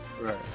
Right